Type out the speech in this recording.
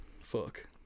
Fuck